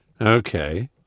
Okay